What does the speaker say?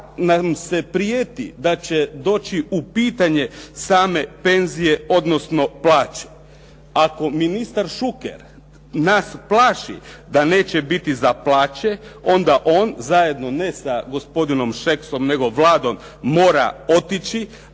čak nam se prijeti da će doći u pitanje same penzije, odnosno plaće. Ako ministar Šuker nas plaši da neće biti za plaće, onda on zajedno, ne sa gospodinom Šeksom, nego Vladom mora otići.